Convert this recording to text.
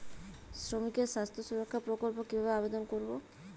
শ্রমিকের স্বাস্থ্য সুরক্ষা প্রকল্প কিভাবে আবেদন করবো?